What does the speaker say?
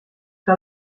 que